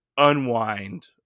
unwind